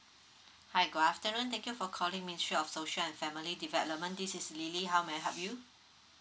hi good afternoon thank you for calling ministry of social and family development this is lily how may I help you